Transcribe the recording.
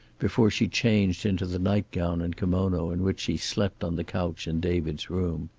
before she changed into the nightgown and kimono in which she slept on the couch in david's room.